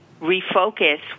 refocus